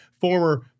former